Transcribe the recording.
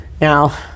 Now